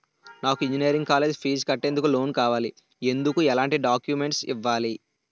నాకు engineering college fee కట్టేందుకు loan కావాలి, ఎందుకు ఎలాంటి డాక్యుమెంట్స్ ఇవ్వాలి?